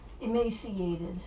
emaciated